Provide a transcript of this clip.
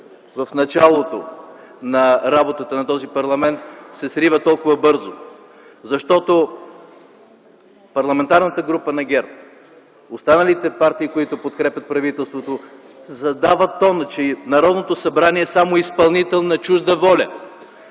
в началото на работата на този парламент, се срива толкова бързо. Защото Парламентарната група на ГЕРБ, останалите партии, които подкрепят правителството, задават тон, че Народното събрание само е изпълнител на чужда воля,